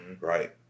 right